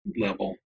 level